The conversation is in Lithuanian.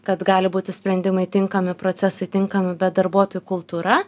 kad gali būti sprendimai tinkami procesai tinkami bet darbuotojų kultūra